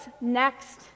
next